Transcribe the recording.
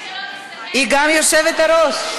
היא גם היושבת-ראש.